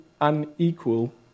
unequal